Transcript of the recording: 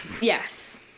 Yes